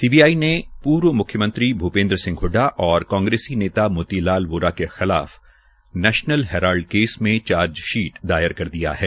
CBI ने पूर्व म्ख्यमंत्री भूपेन्द्र सिंह हडडा और कांग्रेसी नेता मोती लाल वोरा के खिलाफ नेशनल हेराल्ड केस में चार्जशीट दायर कर दिया है